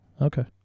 okay